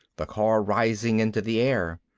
the car rising into the air.